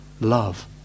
Love